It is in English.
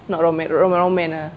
romance ah